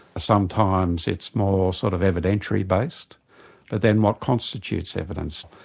sometimes it's more sort of evidentiary based, but then what constitutes evidence?